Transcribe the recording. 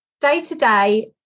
day-to-day